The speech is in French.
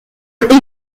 être